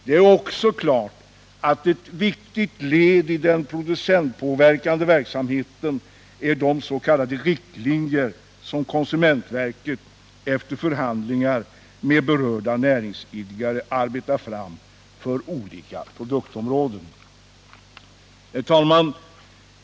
Det är också klart att ett viktigt led i den producentpåverkande verksamheten är de s.k. riktlinjer som konsumentverket, efter förhandlingar med berörda näringsidkare, arbetar fram för olika produktområden. Herr talman!